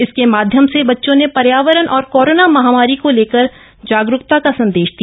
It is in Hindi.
इसके के माध्यम से बच्चों ने पर्यावरण और कोरोना महामारी को लेकर जागरूकत क संदेश दिया